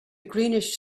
greenish